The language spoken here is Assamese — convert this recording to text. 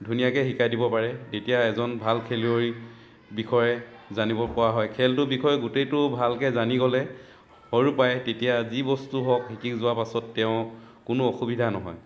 ধুনীয়াকৈ শিকাই দিব পাৰে তেতিয়া এজন ভাল খেলুৱৈৰ বিষয়ে জানিব পৰা হয় খেলটোৰ বিষয়ে গোটেইটো ভালকৈ জানি গ'লে সৰুৰ পৰাই তেতিয়া যি বস্তু হওক শিকি যোৱাৰ পাছত তেওঁৰ কোনো অসুবিধা নহয়